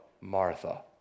Martha